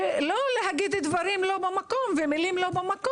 ולא להגיד דברים לא במקום ומילים לא במקום.